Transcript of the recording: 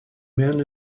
men